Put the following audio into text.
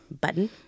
button